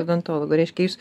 odontologo reiškia jūs